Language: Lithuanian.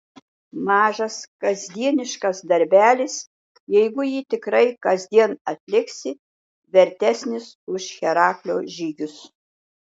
mažas kasdieniškas darbelis jeigu jį tikrai kasdien atliksi vertesnis už heraklio žygius